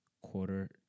quarter